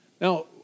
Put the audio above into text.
Now